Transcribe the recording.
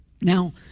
Now